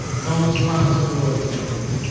those possibilities.